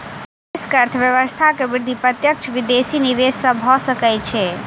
देश के अर्थव्यवस्था के वृद्धि प्रत्यक्ष विदेशी निवेश सॅ भ सकै छै